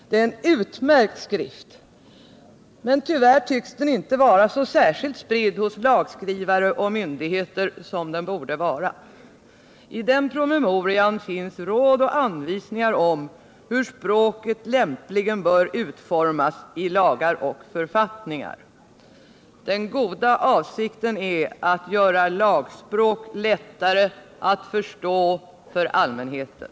Det är en utmärkt skrift, men tyvärr tycks den inte vara så spridd hos lagskrivare och myndigheter som den borde vara. I den promemorian finns råd och anvisningar om hur språket lämpligen bör utformas i lagar och författningar. Den goda avsikten är att göra lagspråk lättare att förstå för allmänheten.